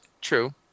True